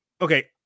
okay